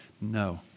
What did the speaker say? No